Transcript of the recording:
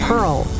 Pearl